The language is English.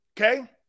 Okay